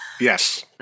Yes